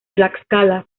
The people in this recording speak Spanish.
tlaxcala